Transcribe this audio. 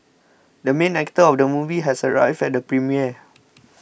the main actor of the movie has arrived at the premiere